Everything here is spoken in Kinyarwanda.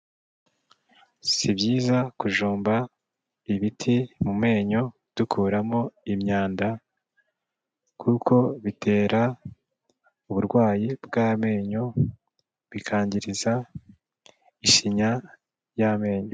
Si byiza kujomba ibiti mu menyo dukuramo imyanda, kuko bitera uburwayi bw'amenyo bikangiza ishinya y'amenyo.